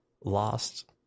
lost